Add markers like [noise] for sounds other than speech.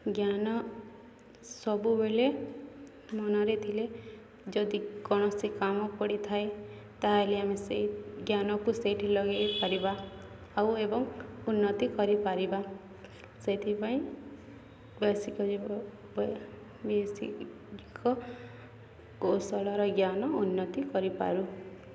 ଜ୍ଞାନ ସବୁବେଳେ ମନରେ ଥିଲେ ଯଦି କୌଣସି କାମ ପଡ଼ିଥାଏ ତାହେଲେ ଆମେ ସେଇ ଜ୍ଞାନକୁ ସେଇଠି ଲଗେଇ ପାରିବା ଆଉ ଏବଂ ଉନ୍ନତି କରିପାରିବା ସେଥିପାଇଁ [unintelligible] କୌଶଳର ଜ୍ଞାନ ଉନ୍ନତି କରିପାରୁ